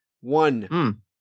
One